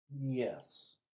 Yes